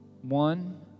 One